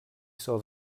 saw